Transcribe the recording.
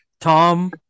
Tom